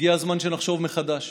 הגיע הזמן שנחשוב מחדש.